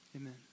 Amen